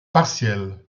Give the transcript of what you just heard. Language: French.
partielle